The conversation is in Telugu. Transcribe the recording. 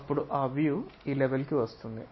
అప్పుడు ఆ వ్యూ ఈ లెవెల్ కి వస్తుంది